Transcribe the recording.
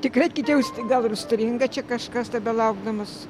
tikrai kitiems tai gal ir užstringa čia kažkas tebelaukdamas